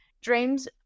dreams